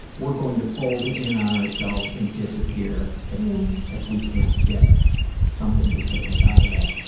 we're going to fold in on ourselves and disappear if yeah if we can't get something to take us out of that